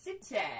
City